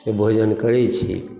से भोजन करै छी